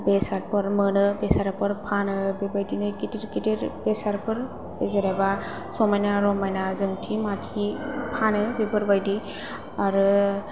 बेसादफोर मोनो बेसादफोर फानो बेबादिनो गिदिर गिदिर बेसादफोर जेनबा समायना रमायना जोंथि माथि फानो बेफोरबादि आरो